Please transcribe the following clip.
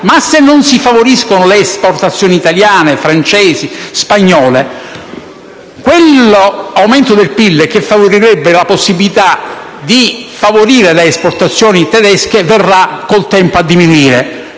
Ma se non si favoriscono le esportazioni italiane, francesi e spagnole, quell'aumento del PIL, che sosterrebbe la possibilità di favorire le esportazioni tedesche, con il tempo verrà a diminuire.